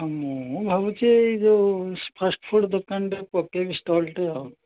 ହଁ ମୁଁ ଭାବୁଛି ଏଇ ଯେଉଁ ଫାଷ୍ଟ୍ ଫୁଡ଼୍ ଦୋକାନଟେ ପକେଇବି ଷ୍ଟଲ୍ଟେ ଆଉ